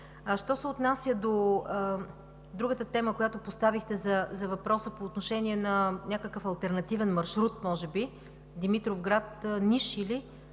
Що се отнася до другата тема, която поставихте, за въпроса по отношение на някакъв алтернативен маршрут може би Димитровград – Ниш или?